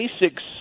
basics